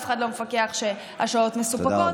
אף אחד לא מפקח שהשעות מסופקות.